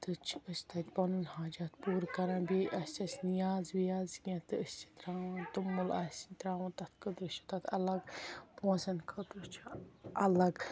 تہٕ چھِ أسۍ تَتہِ پَنُن حاجات پوٗرٕ کَران بییہِ آسہِ اسہِ نِیاز وِیاز کیٚنٛہہ تہٕ أسۍ چھِ ترٛاوان توٚمُل آسہِ ترٛاوُن تَتھ خٲطرٕ چھِ اسہِ اَلگ پونٛسَن خٲطرٕ چھُ اَلگ